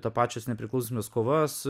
tą pačios nepriklausomybės kovas